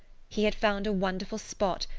he had found a wonderful spot,